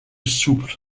souple